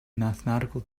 mathematical